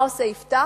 מה עושה יפתח?